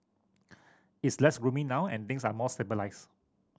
it's less gloomy now and things are more stabilised